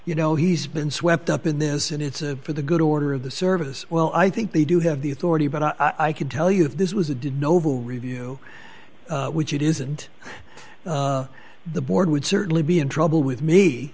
you know he's been swept up in this and it's of for the good order of the service well i think they do have the authority but i can tell you if this was a did novo review which it isn't the board would certainly be in trouble with me